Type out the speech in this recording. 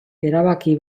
erabaki